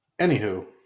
anywho